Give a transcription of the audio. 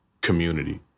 community